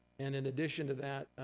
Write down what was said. and in addition to that,